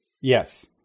Yes